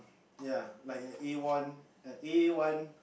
ya like a A one a A one